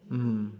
mm